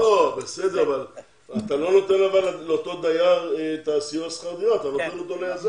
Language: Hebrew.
אבל אתה לא נותן לאותו דייר את הסיוע בשכר דירה אתה נותן אותו ליזם.